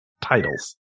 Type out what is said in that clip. titles